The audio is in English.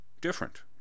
Different